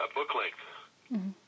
book-length